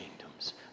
kingdoms